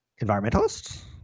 environmentalists